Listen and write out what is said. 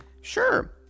Sure